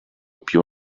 più